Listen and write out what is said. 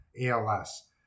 ALS